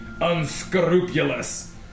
unscrupulous